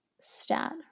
stat